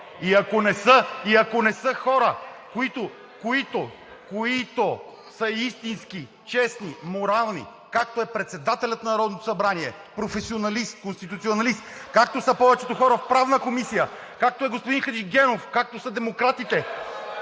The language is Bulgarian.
които (шум и реплики) са истински, честни, морални, както е председателят на Народното събрание – професионалист, конституционалист, както са повечето хора в Правната комисия, както е господин Хаджигенов, както са демократите